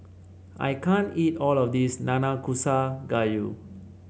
I can't eat all of this Nanakusa Gayu